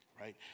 right